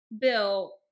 bill